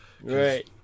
right